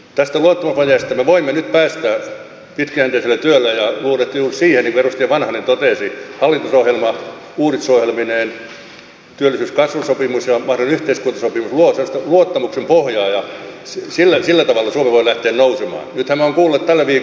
tästä luottamusvajeesta me voimme nyt päästä pitkäjänteisellä työllä ja luulen että juuri siihen niin kuin edustaja vanhanen totesi hallitusohjelma uudistusohjelmineen työllisyys ja kasvusopimus ja mahdollinen yhteiskuntasopimus luo sellaista luottamuksen pohjaa ja sillä tavalla suomi voi lähteä nousemaan